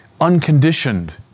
unconditioned